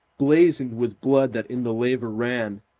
blazoned with blood that in the laver ran.